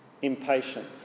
Impatience